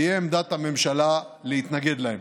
תהיה עמדת הממשלה להתנגד להן.